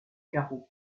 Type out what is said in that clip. carreau